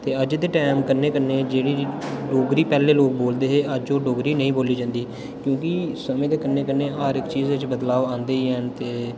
ते अज्ज दे टैम कन्नै कन्नै जेह्ड़ी डोगरी पैह्लें लोग बोलदे हे अज्ज ओह् डोगरी नेईं बोली जन्दी क्योंकि समें दे कन्नै कन्नै हर इक चीज़ च बदलाव आंदे ही हैन ते